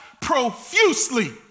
profusely